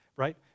right